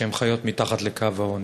שהן חיות מתחת לקו העוני.